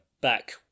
back